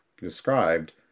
described